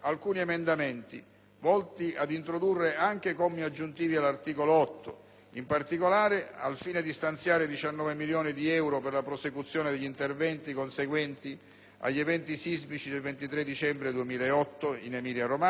alcuni emendamenti volti ad introdurre anche commi aggiuntivi all'articolo 8, in particolare al fine di stanziare 19 milioni di euro per la prosecuzione degli interventi conseguenti agli eventi sismici del 23 dicembre 2008 in Emilia Romagna,